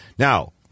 Now